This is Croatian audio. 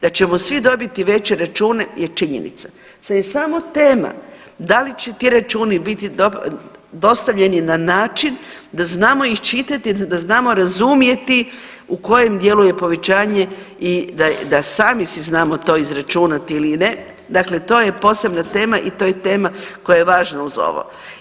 Da ćemo svi dobiti veće račune je činjenica, sad je samo tema da li će ti računi biti dostavljeni na način da znamo ih čitati, da znamo razumjeti u kojem dijelu je povećanje i da sami si znamo to izračunati ili ne, dakle to je posebna tema i to je tema koja je važna uz ovo.